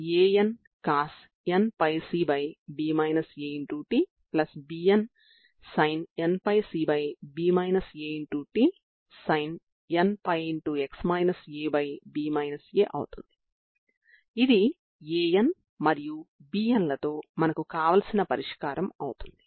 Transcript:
వాస్తవానికి ఈ ప్రత్యేకత వల్లనే ఇది పరిష్కారం అవుతుంది